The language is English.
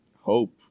hope